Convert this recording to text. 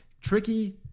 tricky